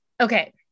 Okay